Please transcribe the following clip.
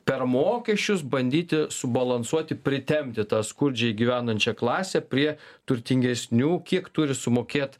per mokesčius bandyti subalansuoti pritemdytą skurdžiai gyvenančią klasę prie turtingesnių kiek turi sumokėt